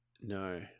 No